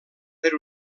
per